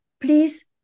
please